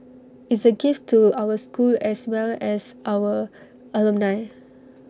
is A gift to our school as well as our alumni